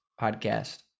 podcast